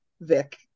Vic